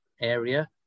area